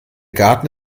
garten